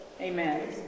Amen